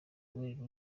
well